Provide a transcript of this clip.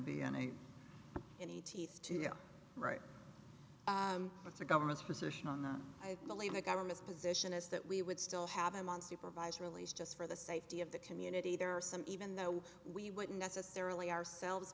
be any any teeth to you know right that's the government's position on the i believe the government's position is that we would still have them on supervised release just for the safety of the community there are some even though we wouldn't necessarily ourselves